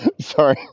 Sorry